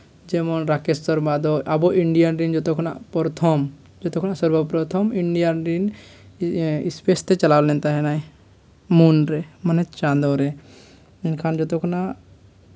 ᱡᱮᱢᱚᱱ ᱨᱟᱠᱮᱹᱥ ᱥᱚᱨᱢᱟ ᱫᱚ ᱟᱵᱚ ᱤᱱᱰᱤᱭᱟᱱ ᱨᱮᱱ ᱡᱚᱛᱚ ᱠᱷᱚᱱᱟᱜ ᱯᱨᱚᱛᱷᱚᱢ ᱥᱚᱨᱵᱚ ᱯᱨᱚᱛᱷᱚᱢ ᱤᱱᱰᱤᱭᱟᱱ ᱨᱮᱱ ᱥᱯᱮᱹᱥ ᱛᱮ ᱪᱟᱞᱟᱣ ᱞᱮᱱ ᱛᱟᱦᱮᱱᱟᱭ ᱢᱩᱱ ᱨᱮ ᱢᱮᱱᱫᱚ ᱪᱟᱸᱫᱳ ᱨᱮ ᱢᱮᱱᱫᱚ ᱡᱚᱛᱚ ᱠᱷᱚᱱᱟᱜ